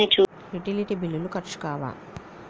Utility బిల్లులు ఖర్చు కావా?